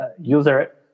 user